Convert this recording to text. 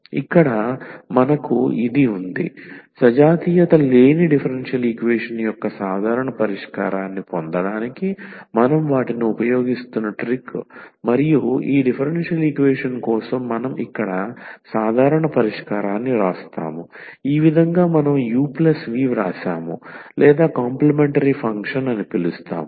ఇక్కడ మనకు ఇది ఉంది dndxnuva1dn 1dxn 1uvanuv dndxnua1dn 1dxn 1uanudndxnva1dn 1dxn 1vanv 0XX సజాతీయత లేని డిఫరెన్షియల్ ఈక్వేషన్ యొక్క సాధారణ పరిష్కారాన్ని పొందడానికి మనం వాటిని ఉపయోగిస్తున్న ట్రిక్ మరియు ఈ డిఫరెన్షియల్ ఈక్వేషన్ కోసం మనం ఇక్కడ సాధారణ పరిష్కారాన్ని వ్రాస్తాము ఈ విధంగా మనం uv వ్రాసాము లేదా కాంప్లిమెంటరీ ఫంక్షన్ అని పిలుస్తాము